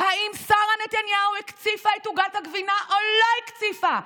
האם שרה נתניהו הקציפה את עוגת הגבינה או לא הקציפה?